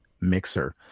Mixer